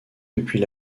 depuis